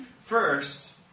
First